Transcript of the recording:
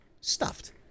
stuffed